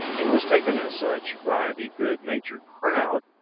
it was taken as such by the good-natured crowd,